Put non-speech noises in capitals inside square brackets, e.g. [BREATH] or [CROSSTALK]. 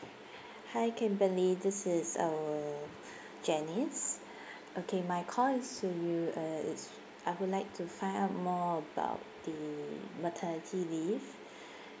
hi kimberley this is uh [BREATH] janice [BREATH] okay my call is to you uh is I would like to find out more about the maternity leave [BREATH]